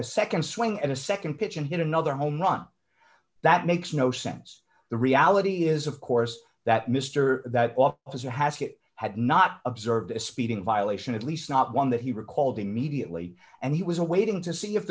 a nd swing and a nd pitch and hit another homerun that makes no sense the reality is of course that mr that officer has had not observed a speeding violation at least not one that he recalled immediately and he was waiting to see if